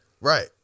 Right